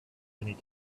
many